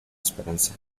esperanza